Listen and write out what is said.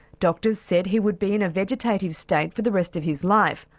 doctors said he would be in a vegetative state for the rest of his life,